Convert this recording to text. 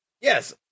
yes